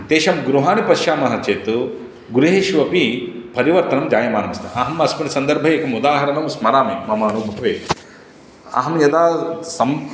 तेषां गृहाणि पश्यामः चेत् गृहेषु अपि परिवर्तनं जायमानं अस्ति अहं अस्मिन् सन्दर्भे एकम् उदाहरणं स्मरामि मम अनुभवे अहं यदा संक्